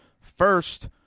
First